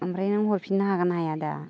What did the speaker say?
ओमफ्राय नों हरफिननो हागोन ना हाया दा